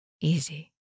Easy